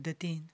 पद्धतीन